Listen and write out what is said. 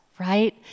right